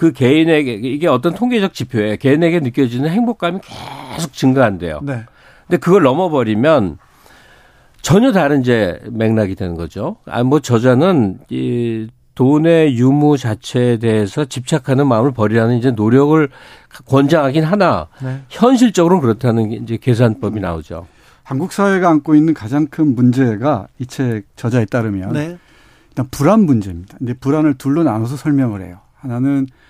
그 개인에게 이게 어떤 통계적 지표에 개인에게 느껴지는 행복감이 계속 증가한대요. 네. 근데 그걸 넘어버리면 전혀 다른 이제 맥락이 되는 거죠. 아, 뭐 저자는 이 돈의 유무 자체에 대해서 집착하는 마음을 버리라는 이제 노력을 권장하긴 하나 네. 현실적으로는 그렇다는 게 이제 계산법이 나오죠. 한국 사회가 안고 있는 가장 큰 문제가 이 책 저자에 따르면 네. 일단 불안 문제입니다. 근데 불안을 둘로 나눠서 설명을 해요. 하나는